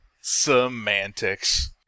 Semantics